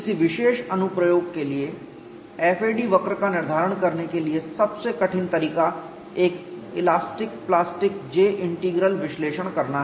किसी विशेष अनुप्रयोग के लिए FAD वक्र का निर्धारण करने के लिए सबसे कठिन तरीका एक इलास्टिक प्लास्टिक J इंटीग्रल विश्लेषण करना है